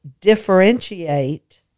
differentiate